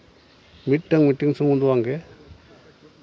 ᱢᱤᱫᱴᱟᱝ ᱢᱤᱴᱤᱝ ᱥᱩᱢᱩᱱ ᱫᱚ ᱵᱟᱝᱜᱮ